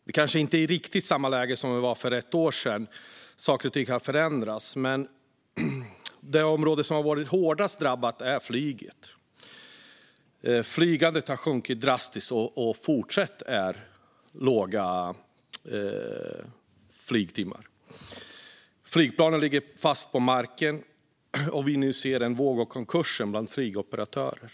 Vi kanske inte är i riktigt samma läge som vi var i för ett år sedan - saker och ting har förändrats - men det område som har drabbats hårdast är flyget. Flygandet har minskat drastiskt, och antalet flygtimmar fortsätter att vara litet. Flygplanen är fast på marken, och vi ser nu en våg av konkurser bland flygoperatörer.